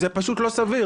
זה פשוט לא סביר.